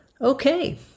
Okay